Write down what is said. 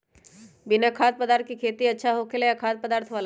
बिना खाद्य पदार्थ के खेती अच्छा होखेला या खाद्य पदार्थ वाला?